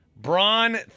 Braun